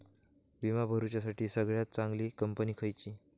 विमा भरुच्यासाठी सगळयात चागंली कंपनी खयची?